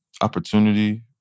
opportunity